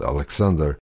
Alexander